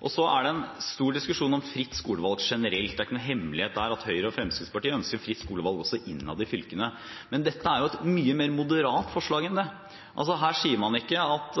nå. Så er det en stor diskusjon om fritt skolevalg generelt. Det er ikke noen hemmelighet at Høyre og Fremskrittspartiet ønsker fritt skolevalg også innad i fylkene. Men dette er et mye mer moderat forslag enn det. Her sier man ikke at